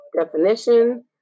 definition